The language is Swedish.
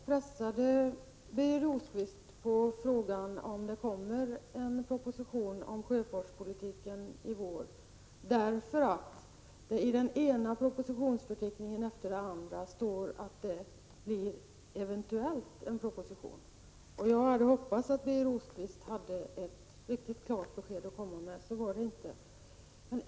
Herr talman! Jag pressade Birger Rosqvist med frågan om det kommer en proposition om sjöfartspolitiken i vår, därför att det i den ena propositionsförteckningen efter den andra står att det eventuellt kommer en proposition. Jag hade hoppats att Birger Rosqvist skulle ha ett klart besked, men så var det inte.